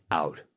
out